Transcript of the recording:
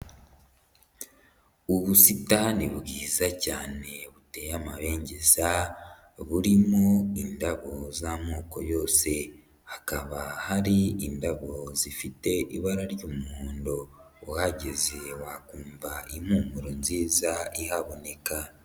Ubusitani bwiza cyane buteye amarengengeza burimo indabo z'amoko yose, hakaba hari indabo zifite ibara ry'umuhondo, uhageze wakumva impumuro nziza ihaboneka.